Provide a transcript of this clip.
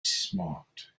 smart